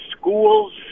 schools